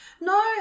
no